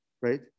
right